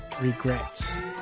regrets